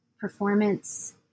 performance